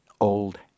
old